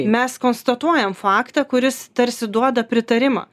mes konstatuojam faktą kuris tarsi duoda pritarimą